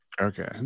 Okay